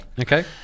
Okay